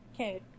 Okay